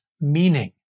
meaning